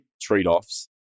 trade-offs